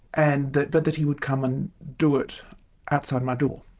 and that but that he would come and do it outside my door.